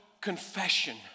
confession